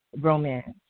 romance